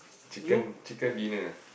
chicken chicken dinner